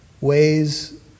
ways